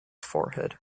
forehead